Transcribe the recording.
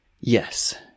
Yes